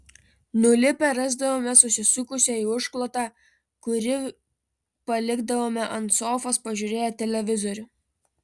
nulipę rasdavome susisukusią į užklotą kurį palikdavome ant sofos pažiūrėję televizorių